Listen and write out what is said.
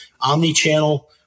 omni-channel